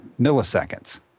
milliseconds